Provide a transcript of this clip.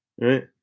right